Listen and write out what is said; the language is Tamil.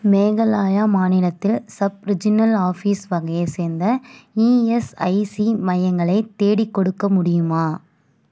மேகலாயா மாநிலத்தில் சப்ரிஜனல் ஆஃபீஸ் வகையைச் சேர்ந்த இஎஸ்ஐசி மையங்களை தேடிக்கொடுக்க முடியுமா